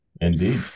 Indeed